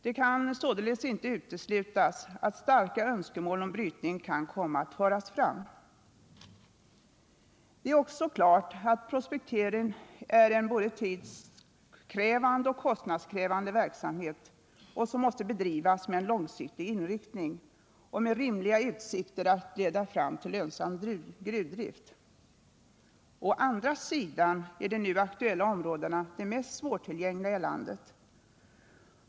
Det kan således inte uteslutas att starka önskemål om brytning kan komma att föras fram. Det står också klart att prospektering är en både tidsoch kostnadskrävande verksamhet som måste bedrivas med en långsiktig inriktning och med rimliga utsikter att leda fram till lönsam gruvdrift. Å andra sidan är de nu aktuella områdena de mest svårtillgängliga i landet.